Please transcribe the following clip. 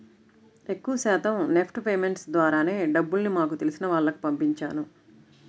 ఎక్కువ శాతం NEFT payments ద్వారానే డబ్బుల్ని మాకు తెలిసిన వాళ్లకి పంపించాను